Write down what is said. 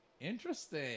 Interesting